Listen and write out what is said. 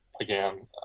Again